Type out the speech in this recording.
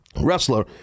wrestler